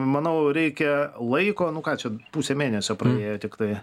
manau reikia laiko nu ką čia pusę mėnesio praėjo tiktai